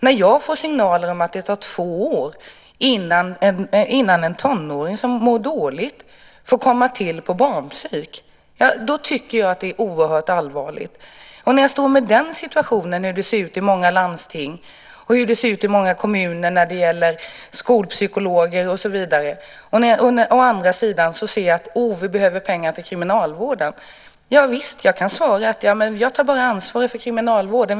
När jag får signaler om att det tar två år innan en tonårig som mår dåligt får vård på barnpsyk, då tycker jag att det är oerhört allvarligt. Jag ser ju hur det ser ut i många landsting och kommuner när det gäller skolpsykologer och så vidare. Men å andra sidan behövs det pengar till kriminalvården. Då kan jag svara: Jag tar bara ansvar för kriminalvården.